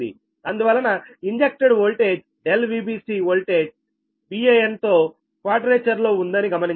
అందువలన injected voltage ∆Vbc voltage Van తో క్వాడ్రేచర్లో ఉందని గమనించండి